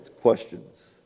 questions